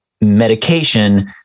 medication